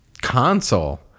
Console